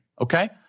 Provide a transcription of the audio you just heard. Okay